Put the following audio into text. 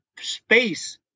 space